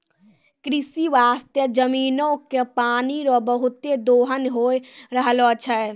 कृषि बास्ते जमीनो के पानी रो बहुते दोहन होय रहलो छै